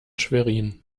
schwerin